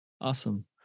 Awesome